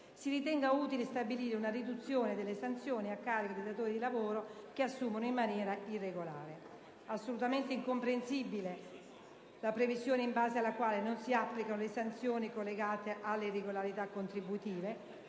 si ritenga utile stabilire una riduzione delle sanzioni a carico dei datori di lavoro che assumono in maniera irregolare. Assolutamente incomprensibile è la previsione in base alla quale non si applicano le sanzioni collegate alle irregolarità contributive